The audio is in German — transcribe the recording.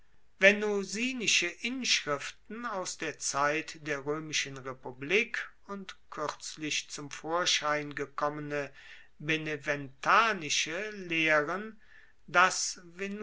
inschriften aus der zeit der roemischen republik und kuerzlich zum vorschein gekommene benevent lehren dass